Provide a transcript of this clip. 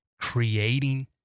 creating